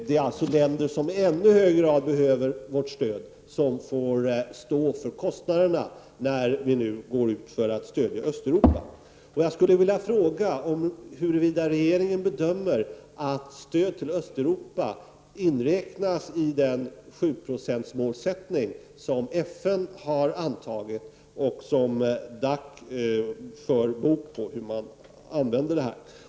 Det är alltså länder som i ännu högre grad behöver vårt stöd som får stå för kostnaderna när vi nu börjar stödja Östeuropa. Jag skulle vilja fråga huruvida regeringen bedömer att stödet till Östeuropa inryms i den 7-procentsmålsättning som FN har antagit och som DAC för bok över.